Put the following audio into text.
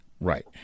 Right